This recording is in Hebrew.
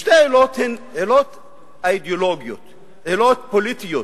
שתי עילות הן עילות אידיאולוגיות, עילות פוליטיות.